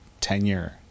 tenure